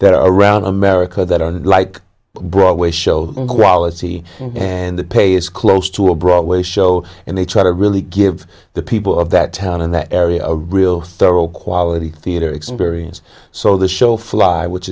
there around america that are like broadway show gravity and the pay is close to a broadway show and they try to really give the people of that town and the area a real thorough quality theater experience so the show fly which